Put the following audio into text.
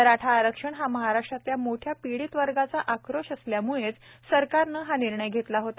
मराठा आरक्षण हा महाराष्ट्रातल्या मोठ्या पीडीत वर्गाचा आक्रोश असल्याम्ळेच सरकारनं हा निर्णय घेतला होता